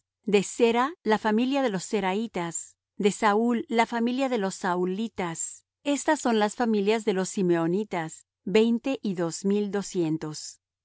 de zera la familia de los zeraitas de saul la familia de los saulitas estas son las familias de los simeonitas veinte y dos mil y doscientos